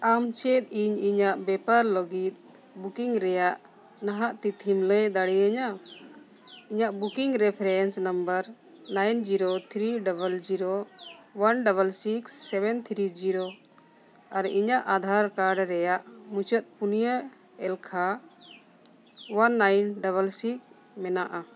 ᱟᱢ ᱪᱮᱫ ᱤᱧ ᱤᱧᱟᱹᱜ ᱵᱮᱯᱟᱨ ᱞᱟᱹᱜᱤᱫ ᱵᱩᱠᱤᱝ ᱨᱮᱭᱟᱜ ᱱᱟᱦᱟᱜ ᱛᱤᱛᱷᱤᱢ ᱞᱟᱹᱭ ᱫᱟᱲᱮᱭᱤᱧᱟ ᱤᱧᱟᱹᱜ booking reference number nine zero three double zero one double six seven three zero ᱟᱨ ᱤᱧᱟᱹᱜ ᱟᱫᱷᱟᱨ ᱠᱟᱨᱰ ᱨᱮᱭᱟᱜ ᱢᱩᱪᱟᱹᱫ ᱯᱩᱱᱤᱭᱟᱹ ᱮᱞᱠᱷᱟ ᱚᱣᱟᱱ ᱱᱟᱭᱤᱱ ᱰᱚᱵᱚᱞ ᱥᱤᱠᱥ ᱢᱮᱱᱟᱜᱼᱟ